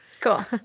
Cool